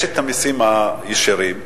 יש המסים הישירים,